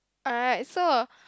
alright so